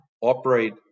operate